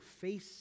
face